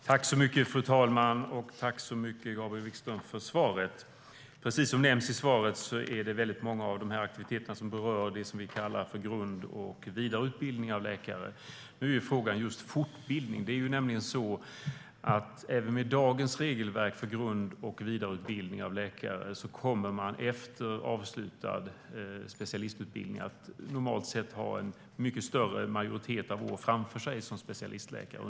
Fru talman! Jag tackar Gabriel Wikström för svaret. Som nämns i svaret är det väldigt många av aktiviteterna som berör grund och vidareutbildning av läkare. Nu är det fråga om fortbildning. Även med dagens regelverk för grund och vidareutbildning av läkare har man efter avslutad specialistutbildning normalt sett en större andel år framför sig som specialistläkare.